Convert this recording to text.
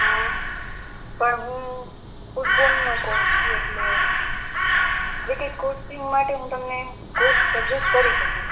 હ પણ હું ફૂટ બોલનો કોર્ચ છું એટલે ક્રિકેટ કોરસીંગ માટે હું તમને કોચ સજેસ કરી કરી સકું